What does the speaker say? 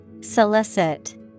Solicit